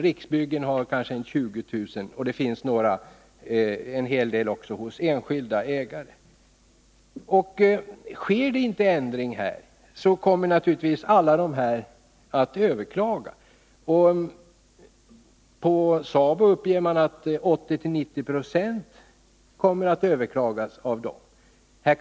Riksbyggen har kanske 20 000, och det finns också en hel del hos enskilda ägare. Om det inte sker en ändring av reglerna kommer naturligtvis många av dessa bostadsföretag att överklaga taxeringsnämndernas beslut. SABO uppger att man kommer att överklaga 80-90 96.